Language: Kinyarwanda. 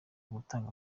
gutanga